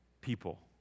people